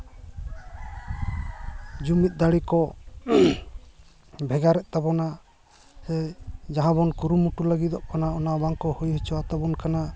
ᱡᱩᱢᱤᱫ ᱫᱟᱲᱮ ᱠᱚ ᱵᱷᱮᱜᱟᱨᱮᱫ ᱛᱟᱵᱚᱱᱟ ᱦᱮᱸ ᱡᱟᱦᱟᱸ ᱵᱚᱱ ᱠᱩᱨᱩᱢᱩᱴᱩ ᱞᱟᱹᱜᱤᱫᱚᱜ ᱠᱟᱱᱟ ᱚᱱᱟ ᱵᱟᱝᱠᱚ ᱦᱩᱭ ᱦᱚᱪᱚᱣᱟᱛᱟᱵᱚᱱ ᱠᱟᱱᱟ